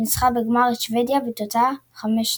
כשניצחה בגמר את שוודיה בתוצאה 2 - 5.